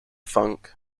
funk